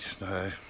No